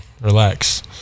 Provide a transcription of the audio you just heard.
relax